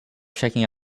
checking